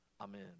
Amen